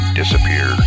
disappear